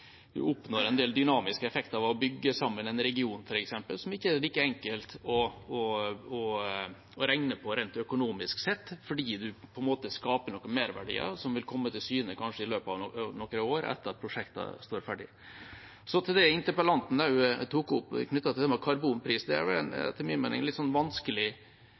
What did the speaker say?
vi oppnår en del dynamiske effekter ved å bygge sammen en region, f.eks., som ikke er like enkelt å regne på rent økonomisk, fordi det skapes noen merverdier som vil komme til syne kanskje i løpet av noen år, etter at prosjektet står ferdig. Så til det interpellanten tok opp knyttet til karbonprisen: Det er etter min mening en litt vanskelig